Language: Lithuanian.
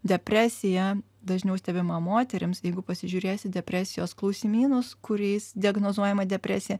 depresija dažniau stebima moterims jeigu pasižiūrėsit depresijos klausimynus kuriais diagnozuojama depresija